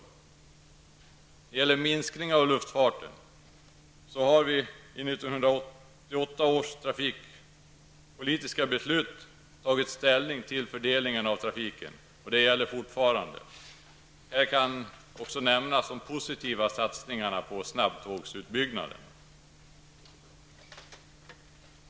När det gäller förslaget om en minskning av luftfarten vill jag påminna om att vi i 1988 års trafikpolitiska beslut tog ställning till frågan om fördelningen av trafiken. Detta beslut gäller fortfarande: Här kan också nämnas de positiva satsningarna på snabbtågsutbyggnaden.